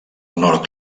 nord